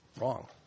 wrong